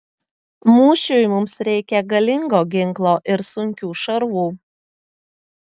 mūšiui mums reikia galingo ginklo ir sunkių šarvų